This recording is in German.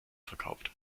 verkauft